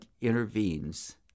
intervenes